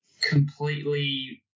Completely